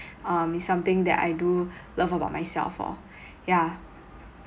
um it's something that I do love about myself lor yeah